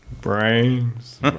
brains